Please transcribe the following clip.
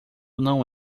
não